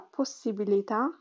possibilità